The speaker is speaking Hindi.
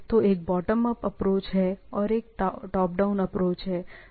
तो एक बॉटम अप अप्रोच है और एक टॉप डाउन अप्रोच है